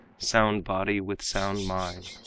sound body with sound mind,